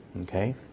okay